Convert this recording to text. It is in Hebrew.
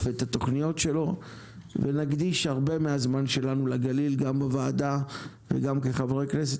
ואת התכניות שלו ונקדיש הרבה מהזמן שלנו לגליל גם בוועדה וגם כחברי כנסת.